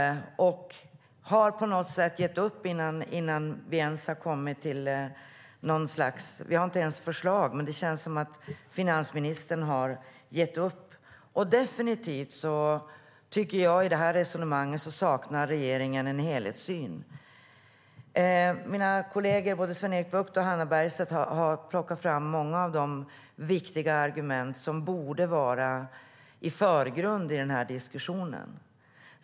Han har på något sätt gett upp innan vi ens har kommit någonvart. Vi har inte ens förslag, men det känns som om finansministern har gett upp. I det här resonemanget saknar regeringen en helhetssyn. Mina kolleger Sven-Erik Bucht och Hannah Bergstedt har tagit fram många av de viktiga argument som borde vara i förgrunden i den här diskussionen.